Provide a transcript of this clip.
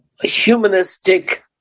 humanistic